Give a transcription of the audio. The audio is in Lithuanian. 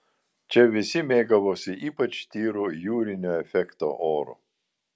čia visi mėgavosi ypač tyru jūrinio efekto oru